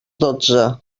dotze